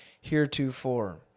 heretofore